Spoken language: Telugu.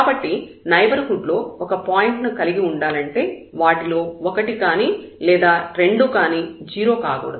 కాబట్టి నైబర్హుడ్ లో ఒక పాయింట్ ను కలిగి ఉండాలంటే వాటిలో ఒకటి కానీ లేదా రెండూ కానీ 0 కాకూడదు